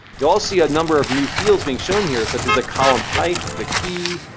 you also see a number of new field being shown here such as the column type, the key,